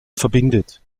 verbindet